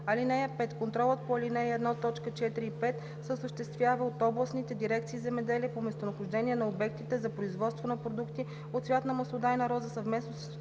г.). (5) Контролът по ал. 1, т. 4 и 5 се осъществява от областните дирекции „Земеделие“ по местонахождение на обектите за производство на продукти от цвят на маслодайна роза съвместно с